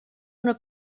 una